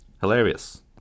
Hilarious